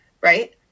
right